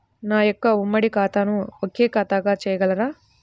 నా యొక్క ఉమ్మడి ఖాతాను ఒకే ఖాతాగా చేయగలరా?